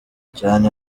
cyane